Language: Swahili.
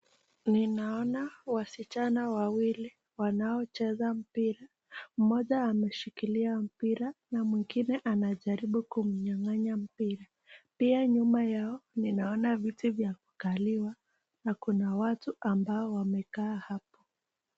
Ninaona wasichana wawili wanaocheza mpira mmoja ameshikilia mpira na mwingine anajaribu kumnyang'anya mpira .Pia nyuma yao ninaona viti vya kukaliwa na kuna watu ambao wamekaa hapo.